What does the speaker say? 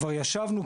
כבר ישבנו,